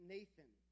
Nathan